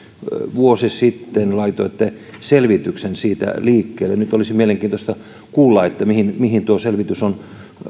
vuosi sitten laitoitte selvityksen siitä liikkeelle nyt olisi mielenkiintoista kuulla mihin mihin tuo selvitys on